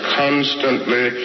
constantly